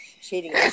cheating